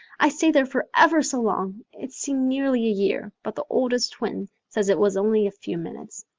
i stayed there for ever so long. it seemed nearly a year but the oldest twin says it was only a few minutes.